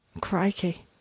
Crikey